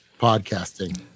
podcasting